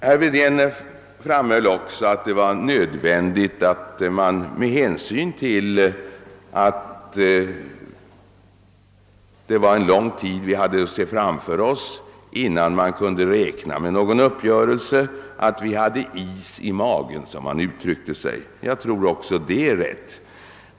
Med hänsyn till att vi säkerligen hade lång tid framför oss innan vi kunde räkna med en uppgörelse framhöll herr Wedén att det var nödvändigt för oss att ha is i magen såsom han uttryckte sig. Jag tror att också det är riktigt.